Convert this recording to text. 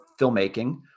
filmmaking